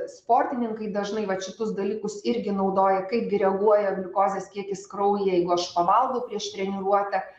sportininkai dažnai vat šitus dalykus irgi naudoja kaipgi reaguoja gliukozės kiekis kraujyje jeigu aš pavalgau prieš treniruotę